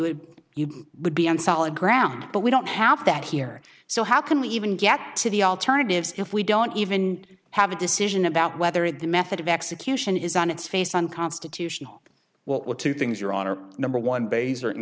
would you would be on solid ground but we don't have that here so how can we even get to the alternatives if we don't even have a decision about whether the method of execution is on its face unconstitutional what were two things your honor number one ba